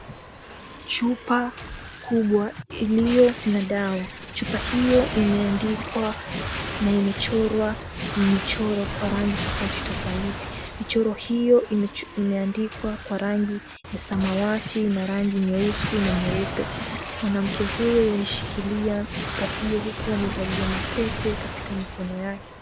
Chupa kubwa iliyo na dawa. Chupa hiyo imeandikwa na imechorwa mchoro kwa rangi tofauti tofauti. Michoro hiyo imeandikwa kwa rangi ya samawati, na rangi nyeusi, na nyeupe. Mwanamke huyo aishikilia chupa hiyo, huku amevalia mapete katika mikono yake.